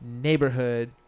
Neighborhood